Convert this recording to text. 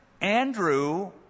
Andrew